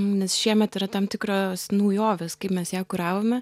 nes šiemet yra tam tikros naujovės kaip mes ją kuravome